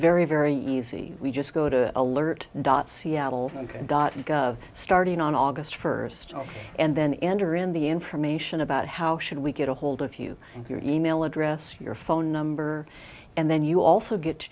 very very easy we just go to alert dot seattle ok starting on august first and then enter in the information about how should we get ahold of you and your e mail address your phone number and then you also get to